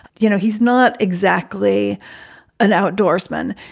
you know, he's not exactly an outdoorsman,